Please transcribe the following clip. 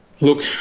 look